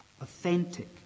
authentic